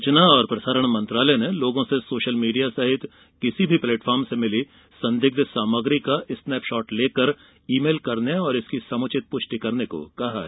सुचना और प्रसारण मंत्रालय ने लोगों से सोशल मीडिया सहित किसी भी प्लेटफार्म से मिली संदिग्ध सामग्री का स्नैपशॉट लेकर ई मेल करने और इसकी समुचित पुष्टि करने को कहा है